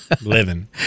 living